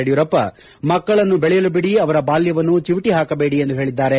ಯಡಿಯೂರಪ್ಪ ಮಕ್ಕಳನ್ನು ಬೆಳೆಯಲು ಬಿಡಿ ಅವರ ಬಾಲ್ಯವನ್ನು ಚಿವುಟ ಹಾಕಬೇಡಿ ಎಂದು ಹೇಳಿದ್ದಾರೆ